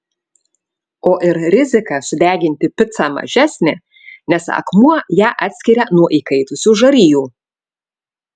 o ir rizika sudeginti picą mažesnė nes akmuo ją atskiria nuo įkaitusių žarijų